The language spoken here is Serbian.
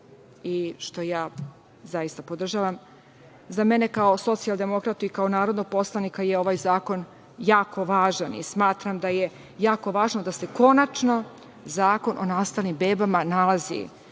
i što ja zaista podržavam, za mene kao socijaldemokratu i kao narodnog poslanika je ovaj zakon jako važan i smatram da je jako važno da se konačno Zakon o nestalim bebama nalazi